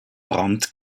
brand